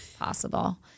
possible